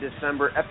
December